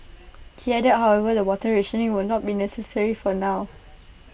he added however that water rationing will not be necessary for now